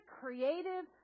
creative